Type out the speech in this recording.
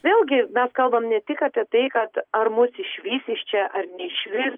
vėlgi mes kalbam ne tik apie tai kad ar mus išvys iš čia ar išvis